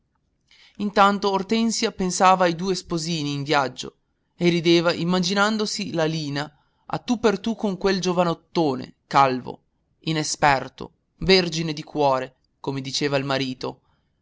intanto ortensia pensava ai due sposini in viaggio e rideva immaginandosi la lina a tu per tu con quel giovanottone calvo inesperto vergine di cuore come diceva il marito